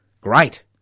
Great